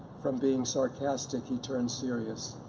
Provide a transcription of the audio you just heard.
from being sarcastic, he turned serious.